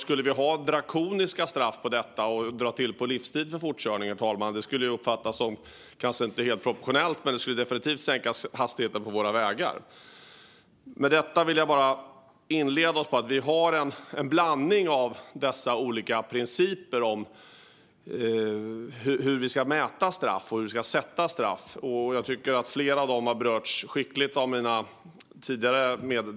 Skulle vi ha drakoniska straff på fortkörning och dra till med livstid för det skulle det uppfattas som kanske inte helt proportionellt, men det skulle definitivt sänka hastigheterna på våra vägar. Vi har alltså en blandning av dessa olika principer om hur vi ska mäta och sätta straff. Flera av dem har mina meddebattörer berört skickligt här tidigare.